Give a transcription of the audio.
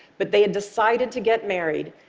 but they had decided to get married,